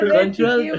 Control